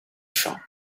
shop